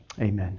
Amen